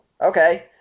Okay